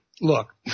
Look